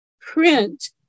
print